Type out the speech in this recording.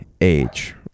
age